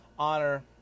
honor